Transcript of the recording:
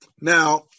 Now